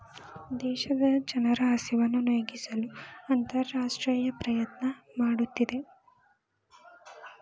ದೇಶದ ಜನರ ಹಸಿವನ್ನು ನೇಗಿಸಲು ಅಂತರರಾಷ್ಟ್ರೇಯ ಪ್ರಯತ್ನ ಮಾಡುತ್ತಿದೆ